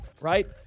right